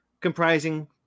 comprising